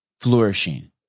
flourishing